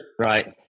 right